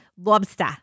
Lobster